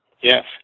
Yes